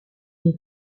est